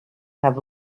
have